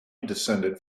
descended